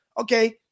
okay